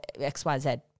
xyz